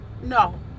No